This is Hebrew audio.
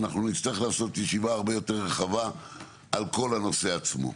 אנחנו נצטרך לעשות ישיבה הרבה יותר רחבה על כל הנושא עצמו.